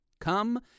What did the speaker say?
Come